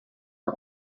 are